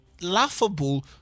laughable